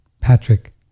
Patrick